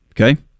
Okay